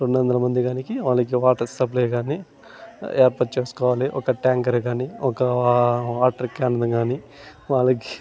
రెండొందల మందికి వాళ్ళకి వాటర్ సప్లై కానీ ఏర్పాటు చేసుకోవాలి ఒక ట్యాంకర్ కానీ ఒక వాటర్ క్యాన్లు కానీ వాళ్ళకి